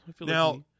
now